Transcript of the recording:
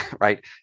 right